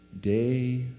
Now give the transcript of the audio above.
day